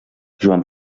joan